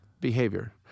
behavior